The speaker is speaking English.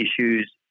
issues